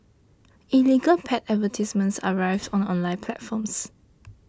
illegal pet advertisements are rife on online platforms